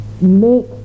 make